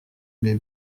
mes